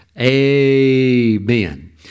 amen